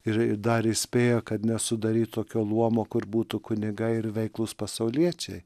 ir ir dar įspėjo kad nesudaryti tokio luomo kur būtų kunigai ir veiklūs pasauliečiai